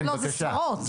לא, זה סברות.